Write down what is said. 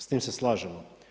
S tim se slažemo.